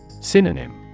Synonym